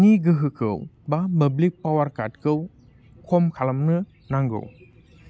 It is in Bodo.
नि गोहोखौ बा मोब्लिब पावारकार्टखौ खम खालामनो नांगौ